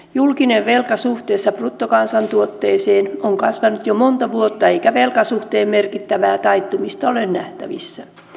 julkinen velka suhteessa bruttokansantuotteeseen on kasvanut jo monta vuotta eikä velkasuhteen merkittävää taittumista ole nähtävissä